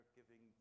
giving